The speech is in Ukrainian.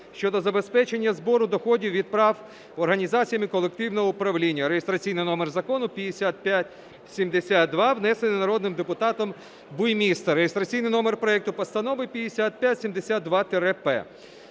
щодо забезпечення збору доходів від прав організаціями колективного управління, реєстраційний номер Закону 5572, внесений народним депутатом Буймістер. Реєстраційний номер проекту постанови 5572-П.